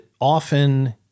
often